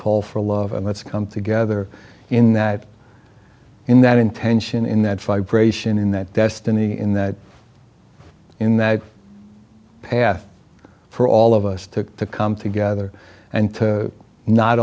call for love and let's come together in that in that intention in that five gratian in that destiny in that in that path for all of us to come together and to not